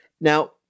Now